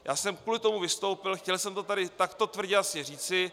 Já jsem kvůli tomu vystoupil, chtěl jsem to tady takto tvrdě asi říci.